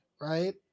Right